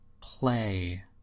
play